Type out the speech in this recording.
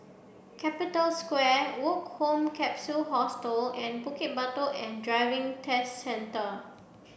Capital Square Woke Home Capsule Hostel and Bukit Batok Driving and Test Centre